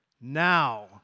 now